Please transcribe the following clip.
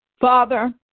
Father